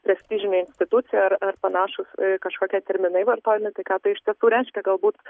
prestižinė institucija ar ar panašūs kažkokie terminai vartojami tai ką tai iš tiesų reiškia galbūt